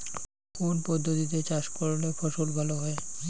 কোন পদ্ধতিতে চাষ করলে ফসল ভালো হয়?